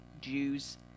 Jews